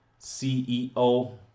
CEO